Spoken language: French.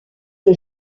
que